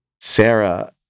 Sarah